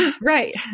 Right